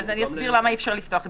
אסביר למה אי-אפשר לפתוח דיפרנציאלי.